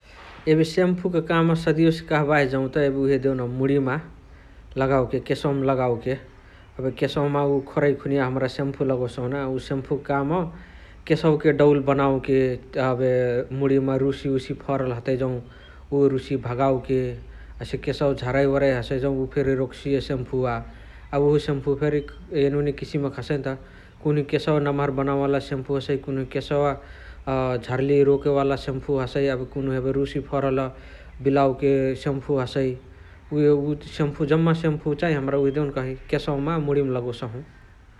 एबे सेम्फुका काम सदियोसे कहाँबाही जौत एबे उहे देउन मुणिमा लगावके केसवमा लगावके । एबे केसवमा उअ खोरइ खुनिया हमरा सेम्फु लगोसहुन उ सेम्फु काम केसवके डउल बनवोके अबे मुणिमा रुशी फरल हतइ जौ उ रुशी भगावोके । हसे केसवा झरइ ओरइ हसइ जौ उ फेरी रोक्सिय सेम्फुवा । एबे उहो सेम्फु फेरी एनुने किसिमका हसइन्त । कुनुहु केसवा नम्हर बनावे वाला सेम्फु हसइ कुनुहु केसवा झर्ली रोकेवाल सेम्फु हसइ । एबे कुनुह एबे रुशी फरल बिलावके सेम्फु हसइ उहे सेम्फु जम्मा सेम्फु चै हमरा उहे देउन कही केसवमा मुणिमा लगोसहु ।